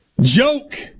Joke